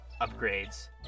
upgrades